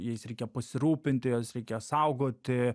jais reikia pasirūpinti juos reikia saugoti